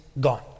gone